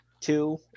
two